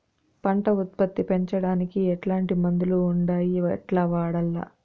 పంట ఉత్పత్తి పెంచడానికి ఎట్లాంటి మందులు ఉండాయి ఎట్లా వాడల్ల?